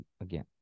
again